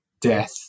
death